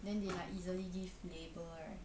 then they like easily give label right